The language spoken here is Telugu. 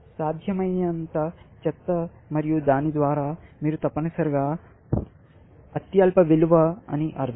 సాధ్యమైనంత చెత్త మరియు దాని ద్వారా మీరు తప్పనిసరిగా అత్యల్ప విలువ అని అర్ధం